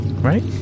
Right